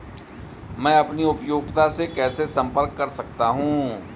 मैं अपनी उपयोगिता से कैसे संपर्क कर सकता हूँ?